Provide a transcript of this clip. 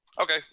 Okay